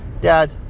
Dad